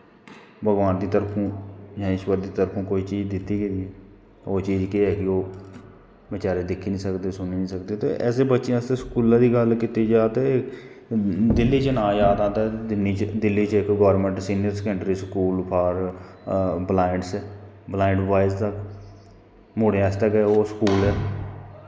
भगवान दी तरफों जां ईश्वर दी तरफों कुछ चीज़ दित्ती गेदी ऐ ओह् चीज़ केह् ऐ कि ओह् बचैरे दिक्खी नी सकदे सुनी नी सकदे ते ऐसे बच्चें आस्तै स्कूलै दी गल्ल कीती जा ते दिल्ली च चनाऽ आया ते दिल्ली च इक government senior secondary school for blinds boys मुड़ें आस्तै गै ओह् स्कूल